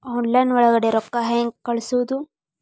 Online ಒಳಗಡೆ ರೊಕ್ಕ ಹೆಂಗ್ ಕಳುಹಿಸುವುದು?